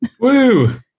Woo